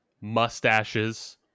mustaches